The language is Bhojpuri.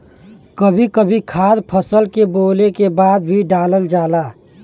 कभी कभी खाद फसल बोवले के बाद भी डालल जाला